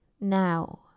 now